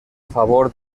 favor